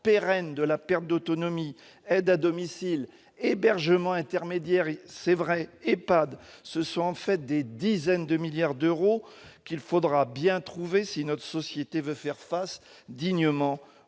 pérenne de la perte d'autonomie : aide à domicile, hébergements intermédiaires et, c'est vrai, EHPAD. Ce sont en fait des dizaines de milliards d'euros qu'il faudra trouver si notre société veut faire face dignement au